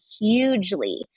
hugely